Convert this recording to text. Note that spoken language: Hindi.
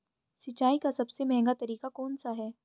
सिंचाई का सबसे महंगा तरीका कौन सा है?